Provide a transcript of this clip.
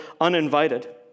uninvited